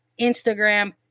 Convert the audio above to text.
Instagram